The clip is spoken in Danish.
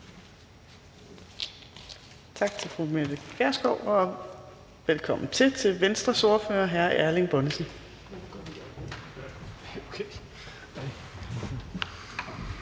Tak til fru Mette Gjerskov, og velkommen til til Venstres ordfører, hr. Erling Bonnesen.